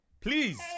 Please